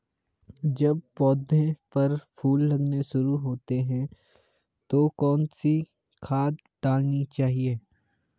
जब पौधें पर फूल लगने शुरू होते हैं तो कौन सी खाद डालनी चाहिए?